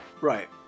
Right